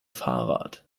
fahrrad